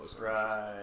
Right